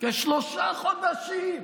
כשלושה חודשים,